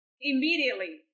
immediately